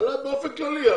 באופן כללי.